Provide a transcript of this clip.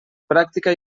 pràctica